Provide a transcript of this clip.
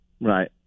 Right